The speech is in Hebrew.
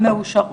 מאושרות,